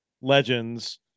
legends